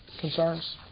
concerns